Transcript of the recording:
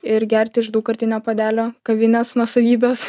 ir gerti iš daugkartinio puodelio kavinės nuosavybės